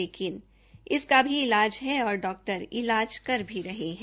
लेकिन इसका भी इलाज हे और डॉक्टर इलाज कर भी रहे है